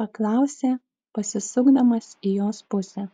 paklausė pasisukdamas į jos pusę